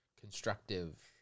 Constructive